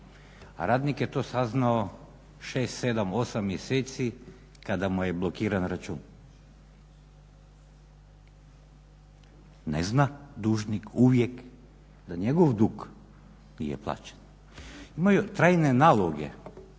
A radnik je to saznao 6, 7, 8 mjeseci kada mu je blokiran račun. Ne zna dužnik uvijek da njegov dug nije plaćen. Imaju trajne naloge